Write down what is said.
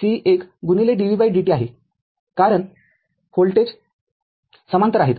C१ dvdt आहे कारण voltage समांतर आहे